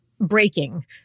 breaking